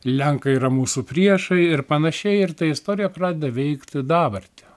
lenkai yra mūsų priešai ir panašiai ir ta istorija pradeda veikti dabartį